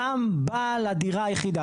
גם בעל הדירה היחידה.